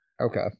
Okay